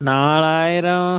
நாலாயிரம்